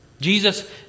Jesus